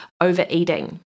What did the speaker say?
overeating